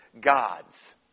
gods